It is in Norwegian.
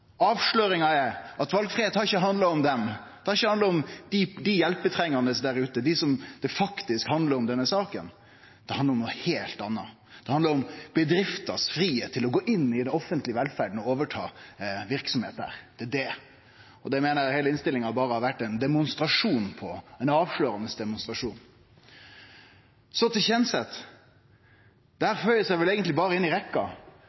Avsløringa er at valfridom har ikkje handla om dei hjelpetrengande der ute, dei denne saka faktisk handlar om. Det handlar om noko heilt anna. Det handlar om fridomen til bedrifta til å gå inn i den offentlege velferda og overta verksemd der. Det er det det handlar om, og det meiner eg heile innstillinga har vore ein avslørande demonstrasjon på. Så til Kjenseth – dette føyer seg vel berre inn i